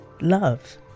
love